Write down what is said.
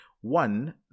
one